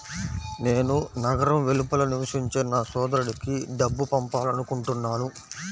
నేను నగరం వెలుపల నివసించే నా సోదరుడికి డబ్బు పంపాలనుకుంటున్నాను